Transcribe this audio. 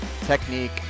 technique